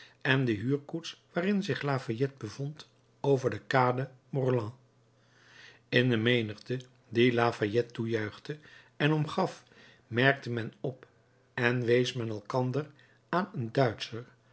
en de huurkoets waarin zich lafayette bevond over de kade morland in de menigte die lafayette toejuichte en omgaf merkte men op en wees men elkander aan een duitscher